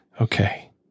Okay